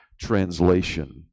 translation